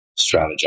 strategize